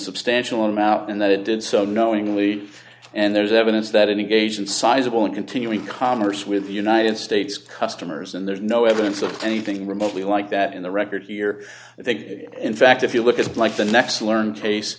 substantial amount and that it did so knowingly and there's evidence that engaged in sizeable and continually commerce with the united states customers and there's no evidence of anything remotely like that in the record here i think in fact if you look at it like the next learn case